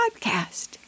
podcast